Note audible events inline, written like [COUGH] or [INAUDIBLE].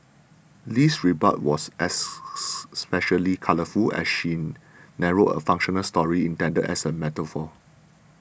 Lee's rebuttal was as [NOISE] especially colourful as she narrated a fictional story intended as a metaphor